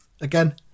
Again